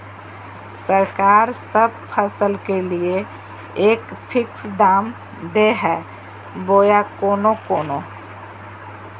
सरकार सब फसल के लिए एक फिक्स दाम दे है बोया कोनो कोनो?